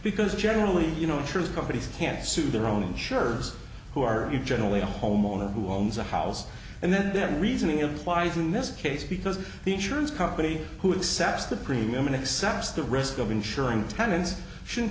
because generally you know interest companies can't sue their own insurers who are generally a homeowner who owns a house and then their reasoning applies in this case because the insurance company who accepts the premium and accept the risk of insuring tenants should